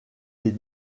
des